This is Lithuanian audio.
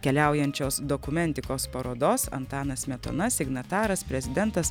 keliaujančios dokumentikos parodos antanas smetona signataras prezidentas